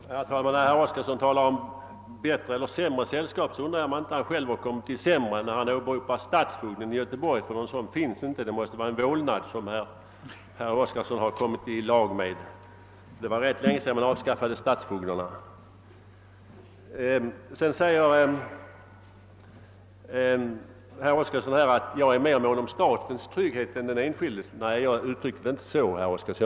Herr talman! Med anledning av herr Oskarsons tal om bättre eller sämre sällskap undrar jag om han inte själv har kommit i sämre sådant, då han åberopade stadsfogden i Göteborg. Någon sådan finns inte. Det måste vara en vålnad som herr Oskarson har kommit i lag med. Det var rätt länge sedan man avskaffade stadsfogdarna. Vidare säger herr Oskarson att jag är mera mån om statens trygghet än om den enskildes. Jag uttryckte det inte så herr Oskarson.